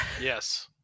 yes